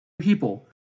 people